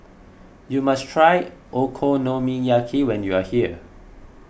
you must try Okonomiyaki when you are here